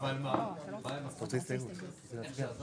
אני מחדש את הישיבה.